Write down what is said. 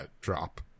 drop